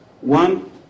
one